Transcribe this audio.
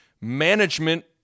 management